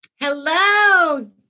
Hello